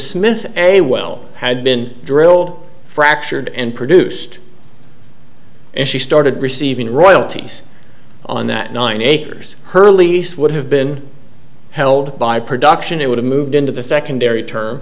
smith a well had been drilled fractured and produced and she started receiving royalties on that nine acres her lease would have been held by production it would have moved into the secondary term